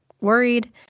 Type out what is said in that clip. worried